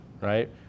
Right